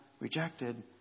rejected